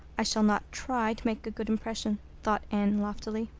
i shall not try to make a good impression, thought anne loftily.